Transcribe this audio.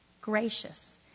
gracious